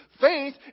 Faith